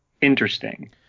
interesting